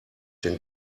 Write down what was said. denn